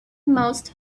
most